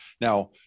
Now